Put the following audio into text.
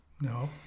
No